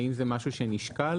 האם זה משהו שנשקל?